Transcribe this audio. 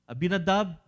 Abinadab